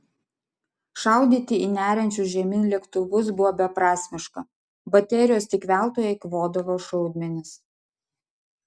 šaudyti į neriančius žemyn lėktuvus buvo beprasmiška baterijos tik veltui eikvodavo šaudmenis